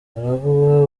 haravugwa